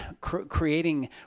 creating